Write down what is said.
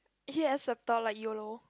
he has a thought like yolo